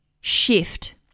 shift